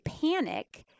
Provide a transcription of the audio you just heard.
panic